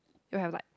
you have like